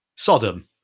Sodom